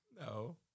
No